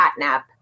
catnap